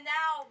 now